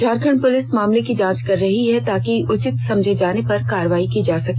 Jharkhand police मामले की जांच कर रही है ताकि उचित समझे जाने पर कार्रवाई की जा सके